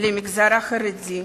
למגזר החרדי,